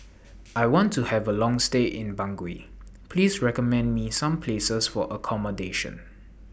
I want to Have A Long stay in Bangui Please recommend Me Some Places For accommodation